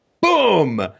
boom